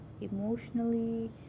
emotionally